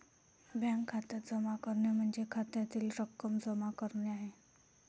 bank खात्यात जमा करणे म्हणजे खात्यातील रक्कम जमा करणे आहे